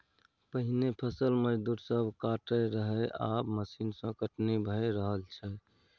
पहिने फसल मजदूर सब काटय रहय आब मशीन सँ कटनी भए रहल छै